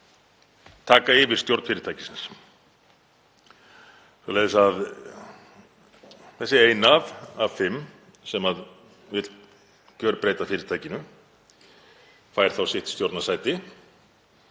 taka yfir stjórn fyrirtækisins. Svoleiðis að þessi eina af fimm sem vill gjörbreyta fyrirtækinu fær sitt stjórnarsæti,